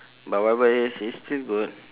but whatever it is it's still good